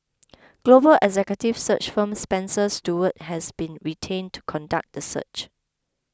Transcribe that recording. global executive search firm Spencer Stuart has been retained to conduct the search